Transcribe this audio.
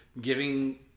Giving